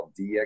DX